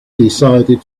decided